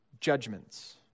judgments